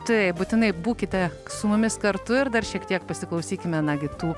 taip būtinai būkite su mumis kartu ir dar šiek tiek pasiklausykim nagi tų